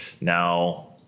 now